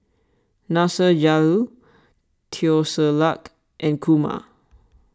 Nasir Jalil Teo Ser Luck and Kumar